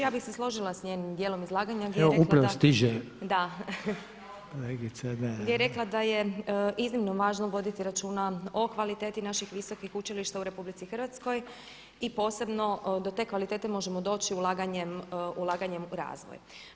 Ja bih se složila sa njenim dijelom izlaganja gdje je rekla da je iznimno važno voditi računa o kvaliteti naših visokih učilišta u Republici Hrvatskoj i posebno do te kvalitete možemo doći ulaganjem u razvoj.